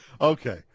Okay